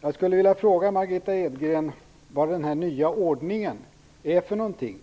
Jag skulle vilja fråga Margitta Edgren vad den nya ordningen går ut på.